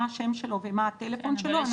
מה השם שלו ומה הטלפון שלו,